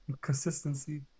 consistency